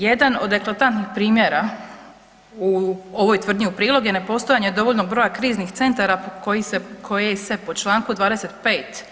Jedan od eklatantnih primjera ovoj tvrdnji u prilog je nepostojanje dovoljnog broja kriznih centara koji se po čl. 25.